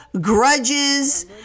grudges